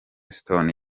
stone